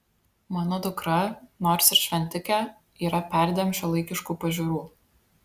mano dukra nors ir šventikė yra perdėm šiuolaikiškų pažiūrų